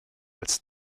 als